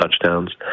touchdowns